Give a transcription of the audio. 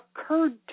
occurred